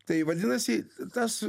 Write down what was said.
tai vadinasi tas